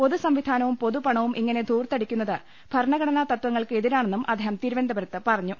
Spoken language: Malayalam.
പൊതുസം വിധാനവും പൊതുപണവും ഇങ്ങനെ ധൂർത്തടിക്കുന്നത് ഭരണഘടനാ തത്വങ്ങൾക്ക് എതിരാണെന്നും അദ്ദേഹം തിരുവനന്തപുരത്ത് പറഞ്ഞു